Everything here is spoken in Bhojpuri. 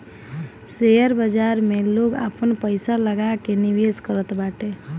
शेयर बाजार में लोग आपन पईसा लगा के निवेश करत बाटे